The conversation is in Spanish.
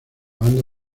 banda